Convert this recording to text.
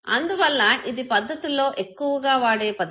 అందువల్ల ఇది పద్ధతుల్లో ఎక్కువగా వాడే పద్ధతి